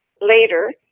Later